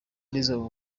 nizzo